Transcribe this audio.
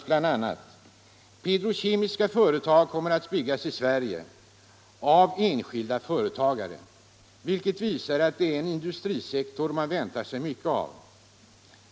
”Petrokemiska företag kommer att byggas i Sverige av enskilda företagare, vilket visar att det är en industrisektor man väntar sig mycket av.